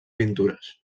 pintures